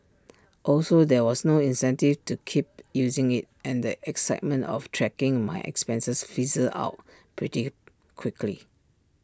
also there was no incentive to keep using IT and the excitement of tracking my expenses fizzled out pretty quickly